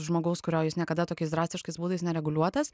žmogaus kurio jis niekada tokiais drastiškais būdais nereguliuotas